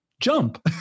jump